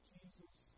Jesus